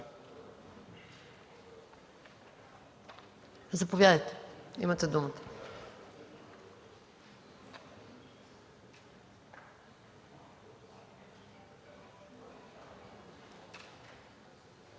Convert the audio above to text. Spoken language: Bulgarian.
Заповядайте, имате думата.